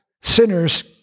sinners